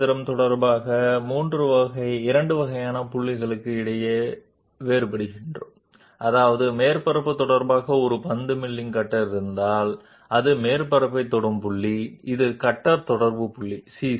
అన్నింటిలో మొదటిది మేము 3 యాక్సిస్ మ్యాచింగ్తో కనెక్షన్లో రెండు రకాల పాయింట్ల మధ్య తేడాను చూపుతున్నాము అంటే సర్ఫేస్ తో సంబంధం ఉన్న బాల్ ఎండెడ్ మిల్లింగ్ కట్టర్ ఉంటే అది ఉపరితలాన్ని తాకే పాయింట్ దానిని కట్టర్ కాంటాక్ట్ పాయింట్ అంటారు